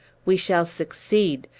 we shall succeed!